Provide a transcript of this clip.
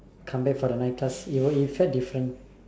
come back for the night class it felt different